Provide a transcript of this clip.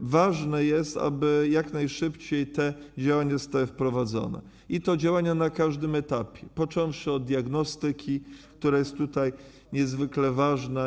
ważne jest, aby jak najszybciej te działania zostały wprowadzone, i to działania na każdym etapie - począwszy od diagnostyki, która jest tutaj niezwykle ważna.